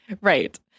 Right